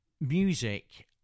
music